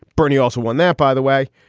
bernie also won that, by the way.